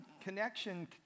connection